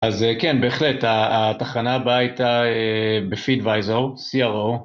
אז כן, בהחלט, התחנה הבאה הייתה בפידוויזור, CRO.